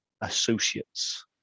associates